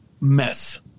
mess